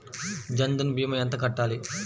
జన్ధన్ భీమా ఎంత కట్టాలి?